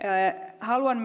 haluan